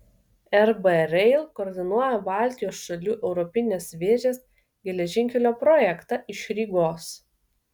rb rail koordinuoja baltijos šalių europinės vėžės geležinkelio projektą iš rygos